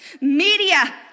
Media